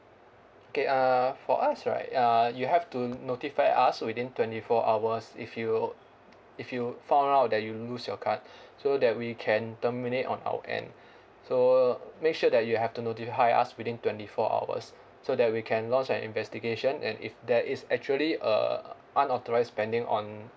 okay uh for us right uh you have to notify us within twenty four hours if you if you found out that you lose your card so that we can terminate on our end so make sure that you have to notify us within twenty four hours so that we can launch an investigation and if there is actually uh unauthorised spending on